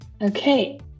Okay